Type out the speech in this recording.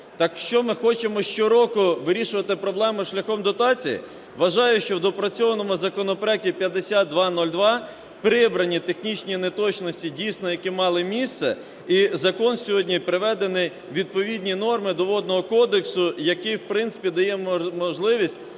Так що, ми хочемо щороку вирішувати проблему шляхом дотації? Вважаю, що в доопрацьованому законопроекті 5202 прибрані технічні неточності, дійсно які мали місце. І закон сьогодні приведений у відповідні норми до Водного кодексу, який, в принципі, дає можливість